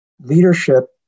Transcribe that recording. leadership